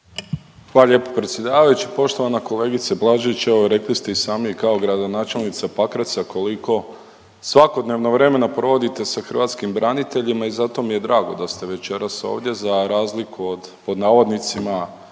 Hvala lijepo predsjedavajući. Poštovana kolegice Blažević, evo rekli ste i sami kao gradonačelnica Pakraca koliko svakodnevno vremena provodite sa hrvatskim braniteljima i zato mi je drago da ste večeras ovdje za razliku od pod navodnicima